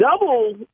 double